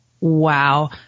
Wow